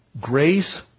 Grace